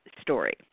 story